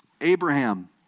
Abraham